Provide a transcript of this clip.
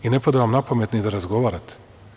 Ne pada vam na pamet ni da razgovarate.